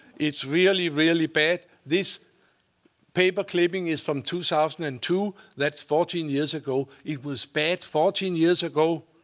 it's really, really bad. this paper clipping is from two thousand and two. that's fourteen years ago. it was bad fourteen years ago,